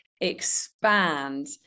expand